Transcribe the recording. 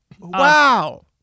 Wow